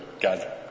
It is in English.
God